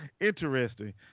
Interesting